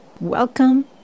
Welcome